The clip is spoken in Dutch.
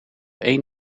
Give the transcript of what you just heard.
één